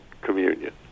communion